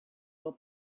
will